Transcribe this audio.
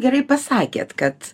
gerai pasakėt kad